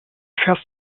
fährst